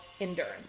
endurance